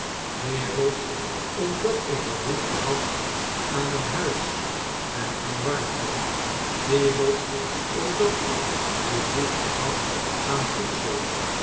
wereldsch omdat ik behoefte had aan een huis en aan warmte wereldsch omdat ik behoefte had aan voedsel